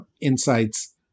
insights